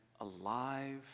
alive